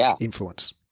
influence